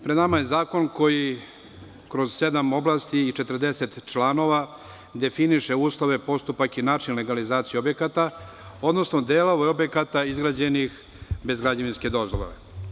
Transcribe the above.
Pred nama je zakon koji kroz sedam oblasti i 40 članova definiše uslove, postupak i način legalizacije objekata, odnosno delova objekata izgrađenih bez građevinske dozvole.